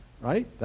right